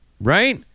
Right